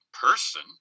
person